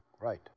Right